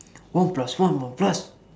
one plus one will plus